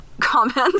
comments